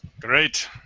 Great